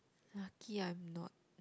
luckily I'm not